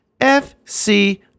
FC